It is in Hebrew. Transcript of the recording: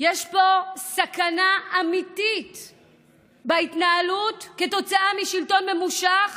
יש פה סכנה אמיתית בהתנהלות, כתוצאה משלטון ממושך.